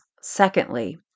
Secondly